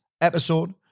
episode